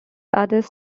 others